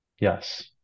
Yes